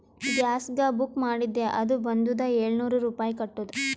ಗ್ಯಾಸ್ಗ book ಮಾಡಿದ್ದೆ ಅದು ಬಂದುದ ಏಳ್ನೂರ್ ರುಪಾಯಿ ಕಟ್ಟುದ್